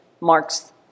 marks